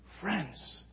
Friends